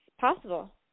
possible